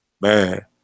Man